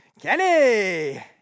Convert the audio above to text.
Kenny